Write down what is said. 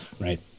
Right